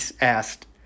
asked